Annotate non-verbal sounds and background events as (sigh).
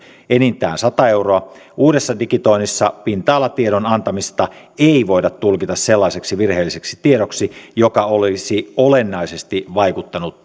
enintään sata euroa uudessa digitoinnissa pinta alatiedon antamista ei voida tulkita sellaiseksi virheelliseksi tiedoksi joka olisi olennaisesti vaikuttanut (unintelligible)